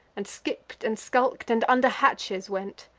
and skipp't and skulk'd, and under hatches went.